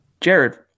Jared